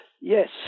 Yes